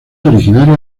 originaria